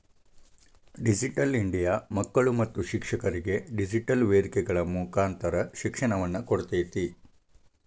digital India ಮಕ್ಕಳು ಮತ್ತು ಶಿಕ್ಷಕರಿಗೆ ಡಿಜಿಟೆಲ್ ವೇದಿಕೆಗಳ ಮುಕಾಂತರ ಶಿಕ್ಷಣವನ್ನ ಕೊಡ್ತೇತಿ